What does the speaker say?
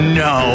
no